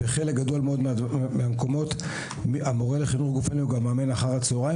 בחלק גדול מהמקומות המורה לחינוך גופני הוא גם מאמן אחר הצהריים,